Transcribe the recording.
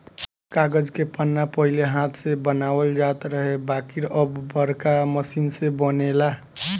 कागज के पन्ना पहिले हाथ से बनावल जात रहे बाकिर अब बाड़का मशीन से बनेला